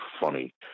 funny